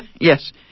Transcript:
yes